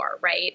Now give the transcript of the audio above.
right